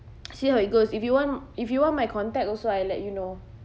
see how it goes if you want if you want my contact also I let you know